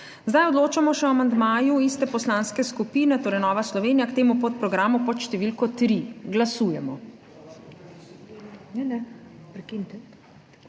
Odločamo še o amandmaju iste poslanske skupine, torej Nova Slovenija, k temu podprogramu pod številko 3. Glasujemo.